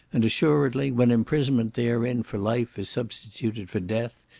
and assuredly, when imprisonment therein for life is substituted for death,